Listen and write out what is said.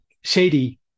shady